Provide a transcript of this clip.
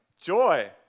Joy